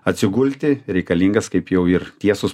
atsigulti reikalingas kaip jau ir tiesus